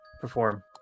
perform